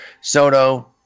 Soto